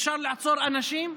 אפשר לעצור אנשים,